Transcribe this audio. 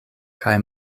kaj